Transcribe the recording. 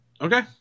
Okay